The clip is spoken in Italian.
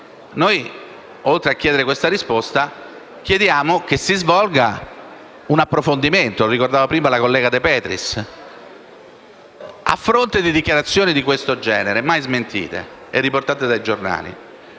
Oltre a chiedere risposte, chiediamo che si svolga un approfondimento - come ricordava prima la collega De Petris - a fronte di dichiarazioni di questo genere, riportate dai giornali